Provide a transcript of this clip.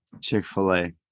Chick-fil-A